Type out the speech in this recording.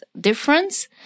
difference